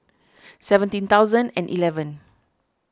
seventeen thousand and eleven